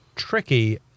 Tricky